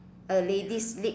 a lady's lip